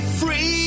free